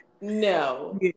No